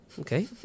okay